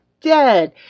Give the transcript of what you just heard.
dead